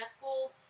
school